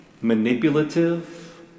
manipulative